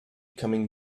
coming